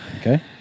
Okay